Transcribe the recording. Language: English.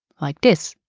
like this.